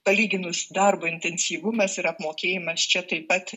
palyginus darbo intensyvumas ir apmokėjimas čia taip pat